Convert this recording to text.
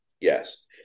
Yes